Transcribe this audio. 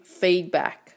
feedback